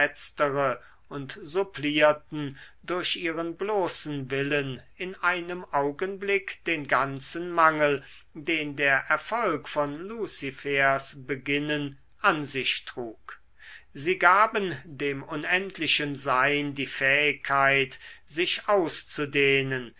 und supplierten durch ihren bloßen willen in einem augenblick den ganzen mangel den der erfolg von luzifers beginnen an sich trug sie gaben dem unendlichen sein die fähigkeit sich auszudehnen